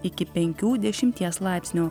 iki penkių dešimties laipsnių